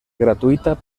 gratuïta